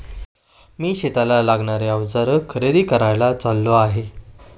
मी शेतीला लागणारे अवजार खरेदी करायला चाललो आहे